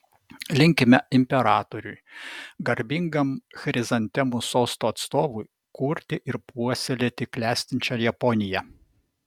linkime imperatoriui garbingam chrizantemų sosto atstovui kurti ir puoselėti klestinčią japoniją